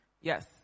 yes